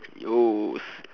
yo